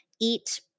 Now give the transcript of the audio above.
eat